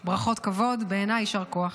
ברכות, כבוד בעיניי, יישר כוח.